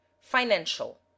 Financial